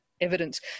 evidence